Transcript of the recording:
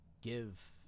give